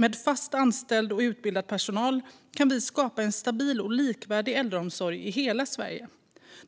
Med fast anställd och utbildad personal kan vi skapa en stabil och likvärdig äldreomsorg i hela Sverige.